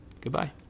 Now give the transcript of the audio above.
Goodbye